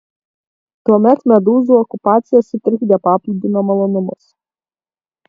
tuomet medūzų okupacija sutrikdė paplūdimio malonumus